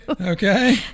okay